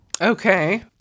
Okay